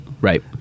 right